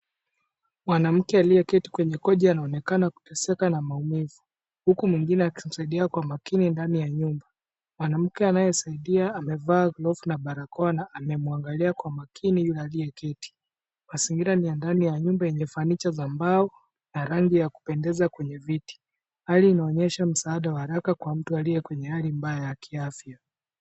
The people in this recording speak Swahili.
Mwanamke aliyeketi kwenye koja anaonekana kuteseka na maumivu. Huku mwingine akimusadia kwa makini ndani ya nyumba. Mwanamke anayesaidia amevaa gloves na barakoa amemwangalia kwa makini yule aliyeketi. Mazingira ni ya ndani ya nyumba yenye fanicha za mbao na rangi za kupendeza kwenye viti. Hali inaonyesha msaada wa haraka kwa mtu aliye kwenye hali mbaya ya kiafya.